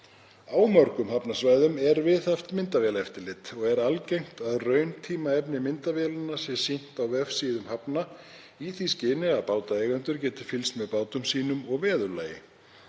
Á mörgum hafnarsvæðum er viðhaft myndavélaeftirlit. Þá er algengt að rauntímaefni myndavélanna sé sýnt á vefsíðum hafna í því skyni að bátaeigendur geti fylgst með bátum sínum og veðurlagi.